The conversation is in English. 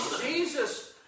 Jesus